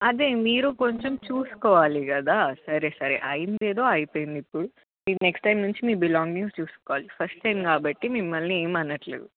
అదే మీరు కొంచెం చూసుకోవాలి కదా సరే సరే అయింది ఏదో అయిపోయింది ఇప్పుడు మీరు నెక్స్ట్ టైం నుంచి మీ బిలాంగింగ్స్ మీరు చూసుకోవాలి ఫస్ట్ టైం కాబట్టి మిమ్మల్ని ఏమి అనట్లేదు